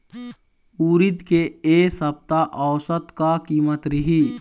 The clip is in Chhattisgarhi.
उरीद के ए सप्ता औसत का कीमत रिही?